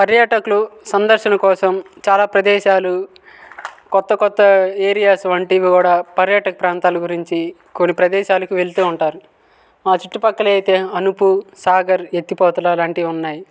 పర్యాటకులు సందర్శన కోసం చాలా ప్రదేశాలు కొత్త కొత్త ఏరియాస్ వంటివి కూడా పర్యాటక ప్రాంతాల గురించి కొన్ని ప్రదేశాలకు వెళ్తూ ఉంటారు ఆ చుట్టుపక్కల అయితే అణుపు సాగర్ ఎత్తిపోతల లాంటివి ఉన్నాయి